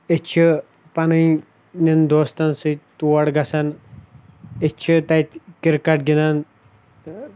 أسۍ چھِ پَیٕنٮ۪ن دوستَن سٕتۍ تور گَژھان أسۍ چھِ تَتہِ کِرکَٹ گِنٛدان